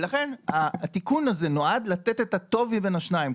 לכן התיקון הזה נועד לתת את הטוב מבין השניים,